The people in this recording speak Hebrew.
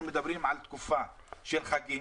אנחנו מדברים על תקופה של חגים,